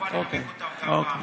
לנמק אותן גם במליאה.